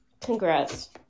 Congrats